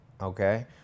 okay